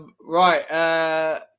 Right